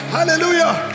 Hallelujah